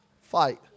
fight